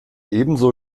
ebenso